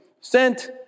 sent